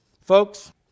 Folks